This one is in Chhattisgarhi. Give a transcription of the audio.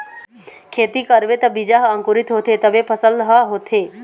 खेती करबे त बीजा ह अंकुरित होथे तभे फसल ह होथे